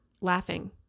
laughing